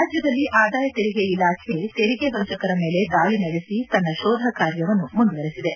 ರಾಜ್ಯದಲ್ಲಿ ಆದಾಯ ತೆರಿಗೆ ಇಲಾಖೆ ತೆರಿಗೆ ವಂಚಕರ ಮೇಲೆ ದಾಳಿ ನಡೆಸಿ ತನ್ನ ಶೋಧ ಕಾರ್ಯವನ್ನು ಮುಂದುವರೆಸಿದೆ